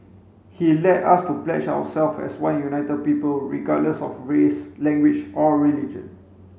he led us to pledge as one united people regardless of race language or religion